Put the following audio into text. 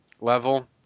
level